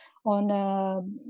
On